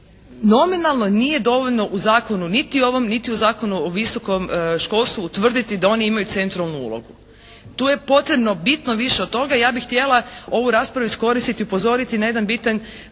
Nominalno nije dovoljno u zakonu niti ovom niti u Zakonu o visokom školstvu utvrditi da oni imaju centralnu ulogu. Tu je potrebno bitno više od toga. Ja bih htjela ovu raspravu iskoristiti i upozoriti na jedan bitan,